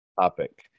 topic